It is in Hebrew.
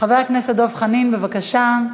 חבר הכנסת דב חנין, בבקשה.